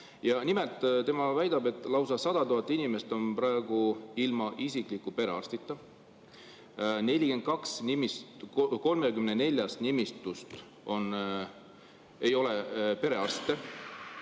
Ja nimelt, tema väidab, et lausa 100 000 inimest on praegu ilma isikliku perearstita. 42 nimistut, 34 nimistus ei ole perearste